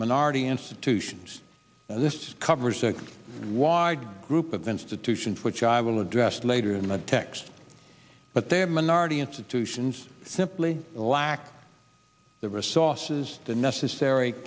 minority institutions this covers a wide group of institutions which i will address later in the text but they are minority institutions simply lack the resources the necessary